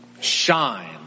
shine